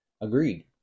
Agreed